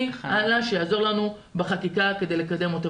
הלאה שיעזור לנו בחקיקה כדי לקדם אותה.